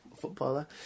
footballer